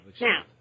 Now